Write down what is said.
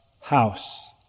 house